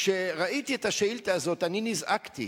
כשראיתי את השאילתא הזאת, אני נזעקתי.